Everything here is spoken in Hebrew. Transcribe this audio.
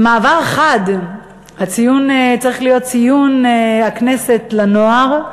במעבר חד, צריך להיות בכנסת ציון של יום לנוער,